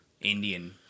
Indian